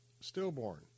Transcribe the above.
stillborn